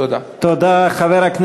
תודה רבה.